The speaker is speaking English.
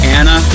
Anna